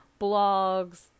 blogs